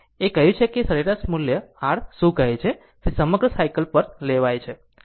એ કહ્યું કે સરેરાશ મૂલ્ય r શું કહે છે તે સમગ્ર સાયકલ પર લેવાય છે